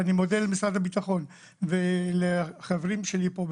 ואני מודה למשרד הביטחון ולחברים שלי פה,